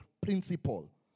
principle